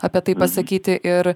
apie tai pasakyti ir